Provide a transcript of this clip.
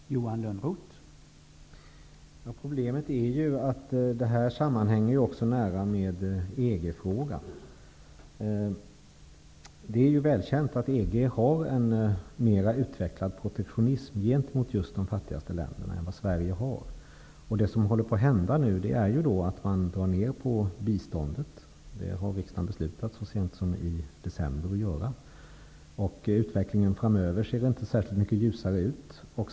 Herr talman! Problemet är att det här också sammanhänger nära med EG-frågan. Det är ju välkänt att EG har en mer utvecklad protektionism gentemot just de fattigaste länderna än vad Sverige har. Det som nu håller på att hända är att man drar ner på biståndet; det har riksdagen så sent som i december beslutat att vi skall göra. Utvecklingen framöver ser inte särskilt mycket ljusare ut.